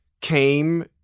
came